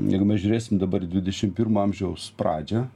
jeigu mes žiūrėsim dabar dvidešim pirmo amžiaus pradžią